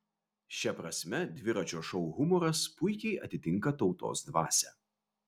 šia prasme dviračio šou humoras puikiai atitinka tautos dvasią